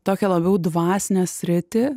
tokią labiau dvasinę sritį